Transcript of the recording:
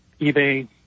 eBay